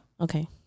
okay